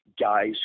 guys